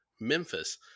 Memphis